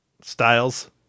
Styles